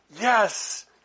Yes